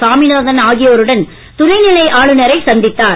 சாமிநாதன் ஆகியோருடன் துணைநிலை ஆளுனரை சந்தித்தனர்